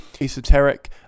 esoteric